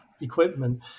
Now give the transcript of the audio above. equipment